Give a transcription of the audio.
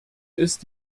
ist